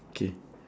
okay